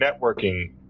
networking